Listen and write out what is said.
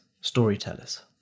storytellers